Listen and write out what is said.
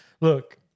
look